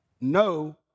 No